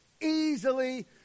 easily